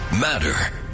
matter